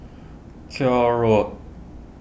Koek Road